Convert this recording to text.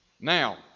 Now